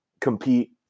compete